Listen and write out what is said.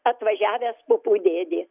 atvažiavęs pupų dėdė